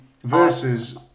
versus